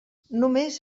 només